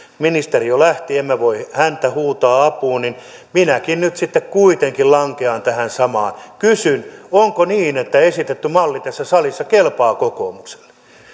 ministeri jo lähti emme voi häntä huutaa apuun mutta minäkin nyt sitten kuitenkin lankean tähän samaan kysyn onko niin että tässä salissa esitetty malli kelpaa kokoomukselle vielä